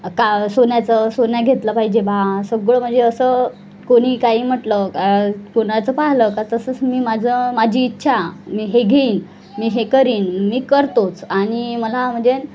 का सोन्याचं सोन्या घेतलं पाहिजे बा सगळं म्हणजे असं कोणी काही म्हटलं कोणाचं पाहिलं का तसंच मी माझं माझी इच्छा मी हे घेईन मी हे करीन मी करतोच आणि मला म्हणजे